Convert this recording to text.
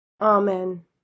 Amen